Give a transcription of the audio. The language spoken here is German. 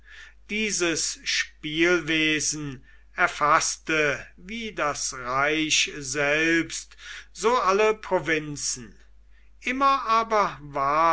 dieses spielwesen erfaßte wie das reich selbst so alle provinzen immer aber war